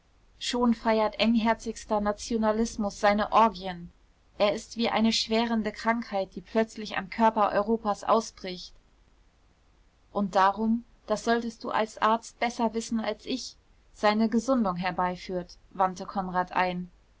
schon feiert engherzigster nationalismus seine orgien er ist wie eine schwärende krankheit die plötzlich am körper europas ausbricht und darum das solltest du als arzt besser wissen als ich seine gesundung herbeiführt wandte konrad ein